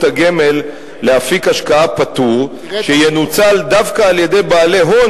הגמל לאפיק השקעה פטור שינוצל דווקא על-ידי בעלי הון